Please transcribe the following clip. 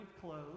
clothes